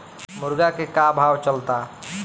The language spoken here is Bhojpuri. मुर्गा के का भाव चलता?